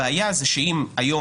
הבעיה היא שאם היום,